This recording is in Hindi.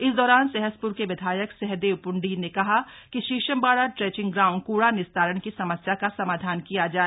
इस दौरान सहसप्र के विधायक सहदेव प्ण्डीर ने कहा कि शीशमबाड़ा ट्रेंचिंग ग्राउंड कूड़ा निस्तारण की समस्या का समाधान किया जाए